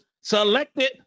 selected